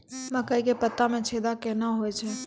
मकई के पत्ता मे छेदा कहना हु छ?